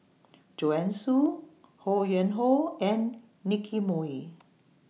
Joanne Soo Ho Yuen Hoe and Nicky Moey